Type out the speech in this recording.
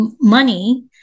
Money